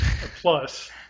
plus